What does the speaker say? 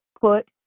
Put